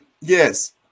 Yes